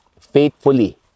faithfully